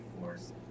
force